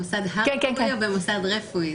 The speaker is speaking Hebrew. המוסד הרפואי או במוסד רפואי.